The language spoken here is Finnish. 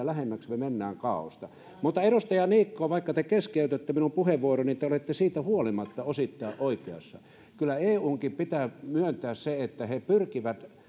lähemmäksi me menemme kaaosta edustaja niikko vaikka te keskeytätte minun puheenvuoroni niin te olette siitä huolimatta osittain oikeassa kyllä eunkin pitää myöntää se että he pyrkivät